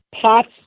pots